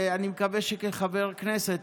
ואני מקווה שכחבר כנסת,